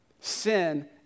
Sin